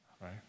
right